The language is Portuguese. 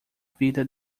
vida